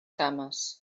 cames